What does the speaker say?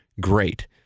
great